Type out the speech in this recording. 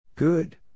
Good